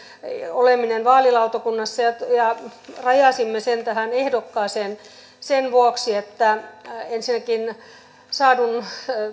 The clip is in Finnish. oleminen vaalilautakunnassa ja ja rajasimme sen tähän ehdokkaaseen sen vuoksi että ensinnäkin saadun